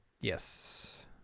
Yes